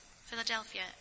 Philadelphia